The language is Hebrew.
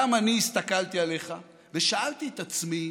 גם אני הסתכלתי עליך ושאלתי את עצמי